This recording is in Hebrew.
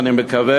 ואני מקווה,